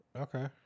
Okay